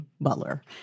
Butler